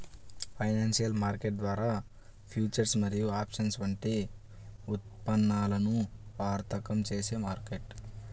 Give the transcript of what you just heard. financial market ద్వారా futures మరియు options వంటి ఉత్పన్నాలను వర్తకం చేసే మార్కెట్